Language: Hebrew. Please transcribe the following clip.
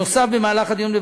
נוסף על כך,